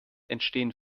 entstehen